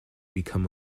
become